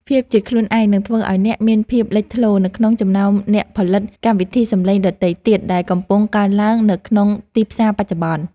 ភាពជាខ្លួនឯងនឹងធ្វើឱ្យអ្នកមានភាពលេចធ្លោនៅក្នុងចំណោមអ្នកផលិតកម្មវិធីសំឡេងដទៃទៀតដែលកំពុងកើនឡើងនៅក្នុងទីផ្សារបច្ចុប្បន្ន។